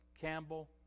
Campbell